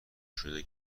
شده